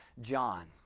John